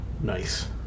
nice